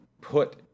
put